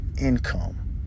income